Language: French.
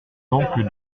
donc